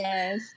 Yes